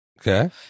Okay